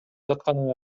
жатканын